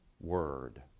word